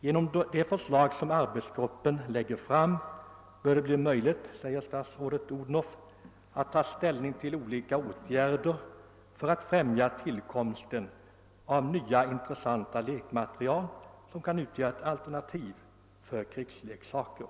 Genom de förslag som arbetsgruppen lägger fram bör det, säger statsrådet Odhnoff, bli möjligt att ta ställning till olika åtgärder för att främja tillkomsten av nya och intressanta lekmaterial som kan utgöra ett alternativ till krigsleksaker.